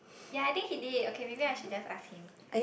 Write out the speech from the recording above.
ya I think he did okay maybe I should just ask him